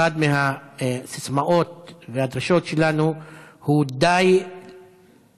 אחת מהסיסמאות והדרישות שלנו היא "די לנשק".